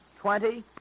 twenty